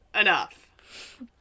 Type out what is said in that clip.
Enough